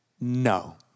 no